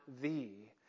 thee